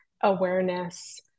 awareness